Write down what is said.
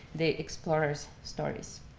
the explorers' stories.